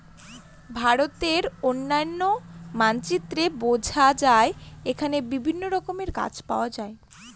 ভারতের অনন্য মানচিত্রে বোঝা যায় এখানে বিভিন্ন রকমের গাছ পাওয়া যায়